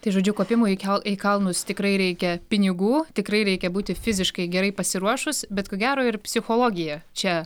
tai žodžiu kopimui į kel į kalnus tikrai reikia pinigų tikrai reikia būti fiziškai gerai pasiruošus bet ko gero ir psichologija čia